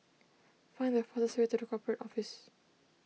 find the fastest way to the Corporate Office